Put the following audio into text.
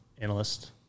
analyst